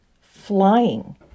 flying